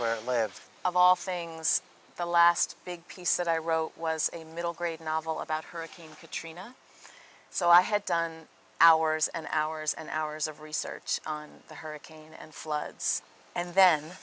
where last of all things the last big piece that i wrote was a middle grade novel about hurricane katrina so i had done hours and hours and hours of research on the hurricane and floods and then